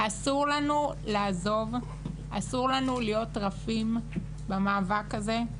אסור לנו לעזוב, אסור לנו להיות רפים במאבק הזה.